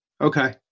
Okay